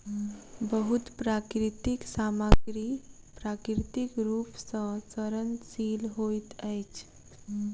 बहुत प्राकृतिक सामग्री प्राकृतिक रूप सॅ सड़नशील होइत अछि